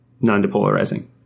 non-depolarizing